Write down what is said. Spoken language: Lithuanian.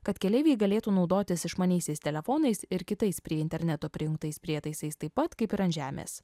kad keleiviai galėtų naudotis išmaniaisiais telefonais ir kitais prie interneto prijungtais prietaisais taip pat kaip ir ant žemės